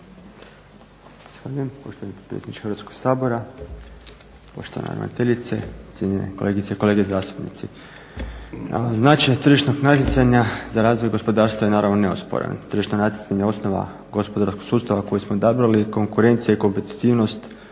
Hvala i vama.